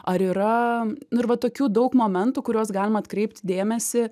ar yra nu ir va tokių daug momentų kuriuos galima atkreipti dėmesį